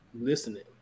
listening